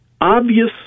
obvious